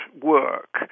work